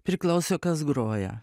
priklauso kas groja